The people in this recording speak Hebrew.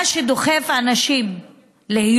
מה שדוחף אנשים להיות